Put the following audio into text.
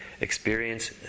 experience